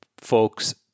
folks